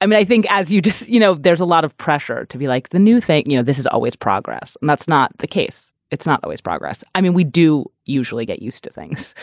i mean, i think as you just you know, there's a lot of pressure to be like the new thing. you know, this is always progress and that's not the case. it's not always progress. i mean, we do usually get used to things